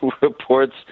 reports